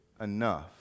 enough